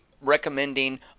recommending